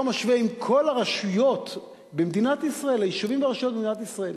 משווה עם כל הרשויות במדינת ישראל,